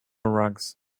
rugs